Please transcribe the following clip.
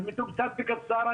אז מתומצת וקצר,